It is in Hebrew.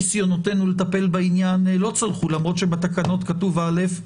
נראה מי אתנו נציגות משרד הבריאות: עורכת הדין נינא כהן קרן.